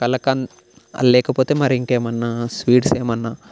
కలాకండ్ లేకపోతే మరింకేమన్నా స్వీట్స్ ఏమన్నా